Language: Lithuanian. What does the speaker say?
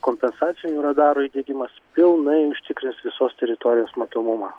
kompensacinių radarų įdiegimas pilnai užtikrins visos teritorijos matomumą